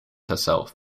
herself